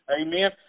Amen